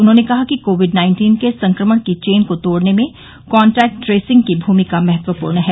उन्होंने कहा कि कोविड नाइन्टीन के संक्रमण की चेन को तोड़ने में कॉन्टैक्ट ट्रेसिंग की भूमिका महत्वपूर्ण है